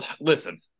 listen